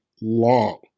long